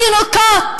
תינוקות